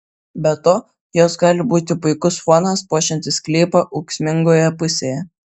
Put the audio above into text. be to jos gali būti puikus fonas puošiantis sklypą ūksmingoje pusėje